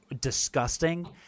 disgusting